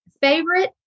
favorite